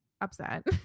upset